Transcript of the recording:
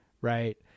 right